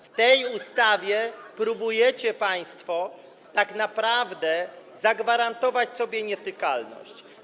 W tej ustawie próbujecie państwo tak naprawdę zagwarantować sobie nietykalność.